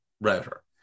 router